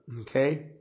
okay